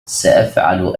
سأفعل